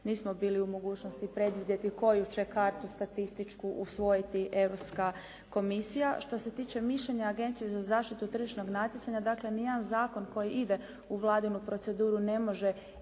nismo bili u mogućnosti predvidjeti koju će kartu statističku usvojiti Europska komisija. Što se tiče mišljenja Agencije za zaštitu tržišnog natjecanja dakle nijedan zakon koji ide u vladinu proceduru ne može ići